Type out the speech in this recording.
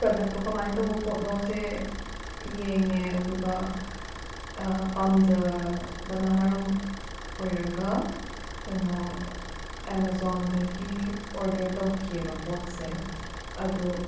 ꯄ꯭ꯔꯥꯗꯛꯇꯣ ꯀꯃꯥꯏ ꯇꯧꯕ ꯄꯣꯠꯅꯣꯖꯦ ꯌꯦꯡꯉꯦ ꯑꯗꯨꯒ ꯄꯥꯝꯖꯕꯅ ꯃꯔꯝ ꯑꯣꯏꯔꯒ ꯀꯩꯅꯣ ꯑꯦꯃꯦꯓꯣꯟꯗꯒꯤ ꯑꯣꯔꯗꯔ ꯇꯧꯈꯤꯑꯕ ꯄꯣꯠꯁꯦ ꯑꯗꯣ